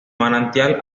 manantial